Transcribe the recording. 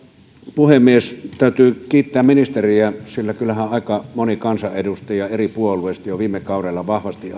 puhemies täytyy kiittää ministeriä sillä kyllähän aika moni kansanedustaja eri puolueista jo viime kaudella vahvasti